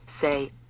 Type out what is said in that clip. say